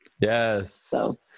Yes